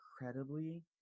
incredibly